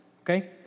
Okay